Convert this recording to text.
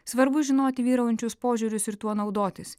svarbu žinoti vyraujančius požiūrius ir tuo naudotis